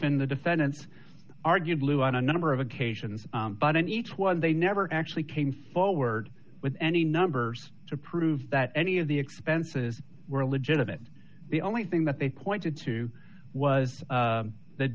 in the defendants argued lou on a number of occasions but in each one they never actually came forward with any numbers to prove that any of the expenses were legitimate the only thing that they pointed to was